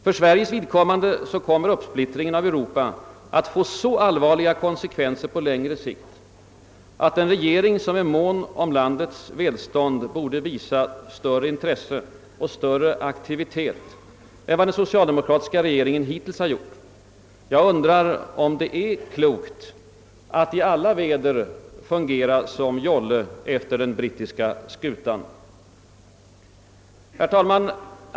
För Sveriges del kommer uppsplittringen i Europa att få så allvarliga konsekvenser på längre sikt, att en regering som är mån om landets välstånd borde visa större intresse och större aktivitet än vad den socialdemokratiska regeringen hitills gjort. Jag undrar om det är klokt att i alla väder fungera som en jolle efter den brittiska skutan. Herr talman!